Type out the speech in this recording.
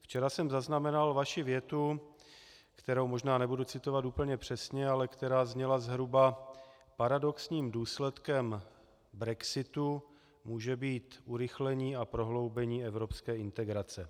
Včera jsem zaznamenal vaši větu, kterou možná nebudu citovat úplně přesně, ale která zněla zhruba: Paradoxním důsledkem brexitu může být urychlení a prohloubení evropské integrace.